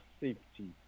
safety